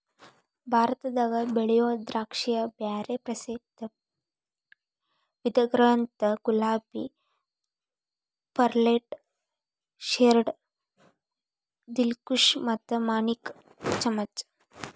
ಭಾರತದಾಗ ಬೆಳಿಯೋ ದ್ರಾಕ್ಷಿಯ ಬ್ಯಾರೆ ಪ್ರಸಿದ್ಧ ವಿಧಗಳಂದ್ರ ಗುಲಾಬಿ, ಪರ್ಲೆಟ್, ಶೇರ್ಡ್, ದಿಲ್ಖುಷ್ ಮತ್ತ ಮಾಣಿಕ್ ಚಮನ್